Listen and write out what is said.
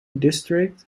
district